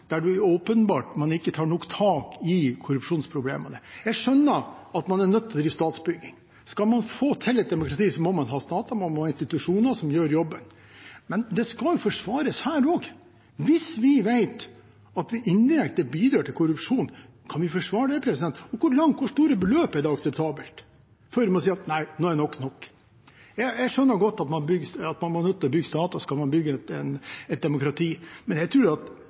der man åpenbart ikke tar nok tak i korrupsjonsproblemene. Jeg skjønner at man er nødt til å drive statsbygging. Skal man få til et demokrati, må man ha stater og institusjoner som gjør jobben. Men det skal forsvares her også. Hvis vi vet at vi indirekte bidrar til korrupsjon, kan vi forsvare det? Hvor store beløp er akseptable før vi sier at nei, nå er nok nok? Jeg skjønner godt at man er nødt til å bygge stater hvis skal man bygge et demokrati, men jeg tror at